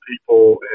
people